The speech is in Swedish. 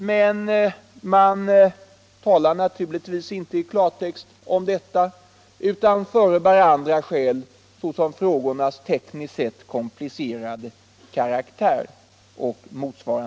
Men man talar naturligtvis inte i klartext om detta utan förebär andra skäl, såsom frågornas tekniskt komplicerade karaktär.